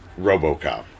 Robocop